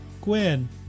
Gwen